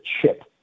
Chip